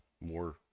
more